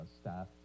staff